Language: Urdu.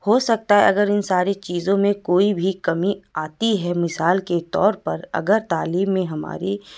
ہو سکتا ہے اگر ان ساری چیزوں میں کوئی بھی کمی آتی ہے مثال کے طور پر اگر تعلیم میں ہماری